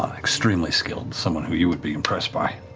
um extremely skilled, someone who you would be impressed by.